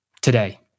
today